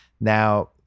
Now